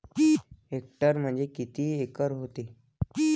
Hectare म्हणजे किती acre व्हते?